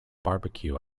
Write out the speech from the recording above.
barbecue